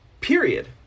period